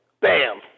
bam